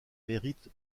mérite